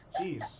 Jeez